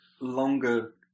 longer